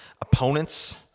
opponents